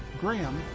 graham,